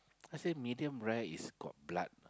I said medium rare is got blood